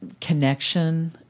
connection